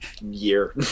year